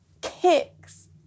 kicks